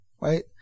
right